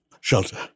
shelter